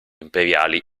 imperiali